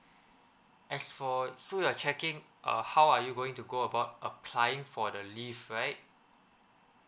as for so you're checking uh how are you going to go about applying for the leave right